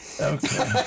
Okay